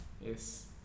yes